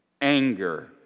anger